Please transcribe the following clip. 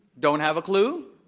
don't have a clue,